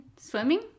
swimming